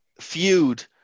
feud